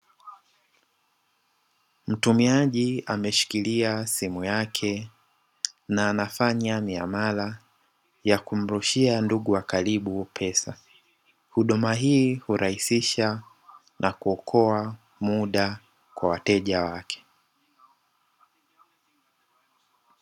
Mtumiaji ameshikilia simu yake na anafanya miamala ya kumrushia ndugu wa karibu pesa, huduma hii hurahisisha na kuokoa muda kwa wateja wake.